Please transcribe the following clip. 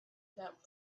about